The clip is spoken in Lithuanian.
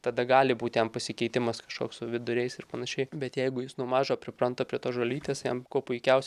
tada gali būt jam pasikeitimas kažkoks su viduriais ir panašiai bet jeigu jis nuo mažo pripranta prie tos žolytės jam kuo puikiausiai